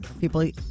people